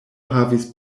havis